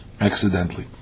accidentally